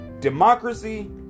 Democracy